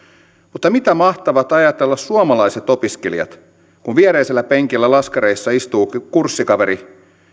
mutta mitä mahtavat ajatella suomalaiset opiskelijat kun viereisellä penkillä laskareissa istuu kurssikaveri